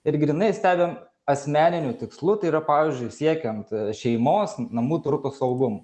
ir grynai stebim asmeniniu tikslu tai yra pavyzdžiui siekiant šeimos namų turto saugumo